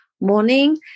morning